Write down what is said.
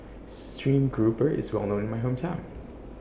Stream Grouper IS Well known in My Hometown